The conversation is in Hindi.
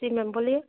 जी मैम बोलिए